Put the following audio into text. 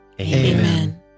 Amen